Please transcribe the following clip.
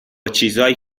چیزایی